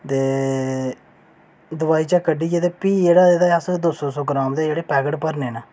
ते दोआई चें कड्ढियै प्ही एह्दा जेह्ड़ा प्ही अस दो सौ दो सौ ग्राम दे पैकेट जेह्ड़े भरने होन्ने